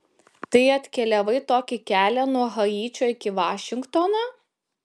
tai atkeliavai tokį kelią nuo haičio iki vašingtono